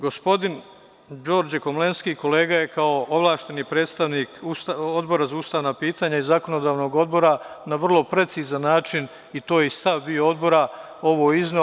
Gospodin Đorđe Komlenski je kao ovlašćeni predstavnik Odbora za ustavna pitanja i zakonodavstvo na vrlo precizan način, to je bio i stav Odbora, ovo izneo.